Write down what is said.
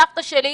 סבתא שלי,